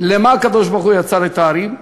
למה הקדוש-ברוך-הוא יצר את ההרים?